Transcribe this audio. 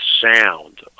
sound